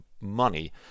money